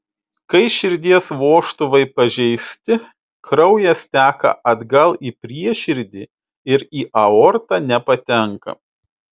kai širdies vožtuvai pažeisti kraujas teka atgal į prieširdį ir į aortą nepatenka